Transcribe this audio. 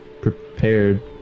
prepared